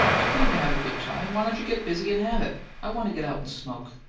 you came to have a good time why don't you get busy and have it? i want to get out and smoke.